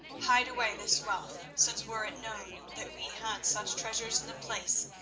hide away this wealth, since were it known that we had such treasures in the place,